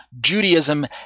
Judaism